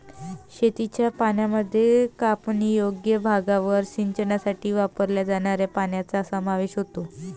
शेतीच्या पाण्यामध्ये कापणीयोग्य भागावर सिंचनासाठी वापरल्या जाणाऱ्या पाण्याचा समावेश होतो